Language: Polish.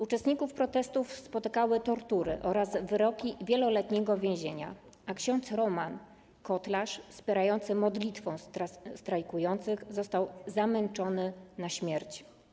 Uczestników protestów spotykały tortury oraz wyroki wieloletniego więzienia, a ks. Roman Kotlarz wspierający modlitwą strajkujących został zamęczony na śmierć.